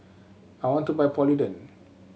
I want to buy Polident